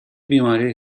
بیماری